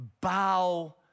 bow